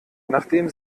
nachdem